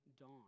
dawn